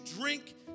drink